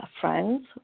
friends